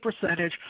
percentage